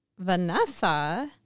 Vanessa